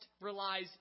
relies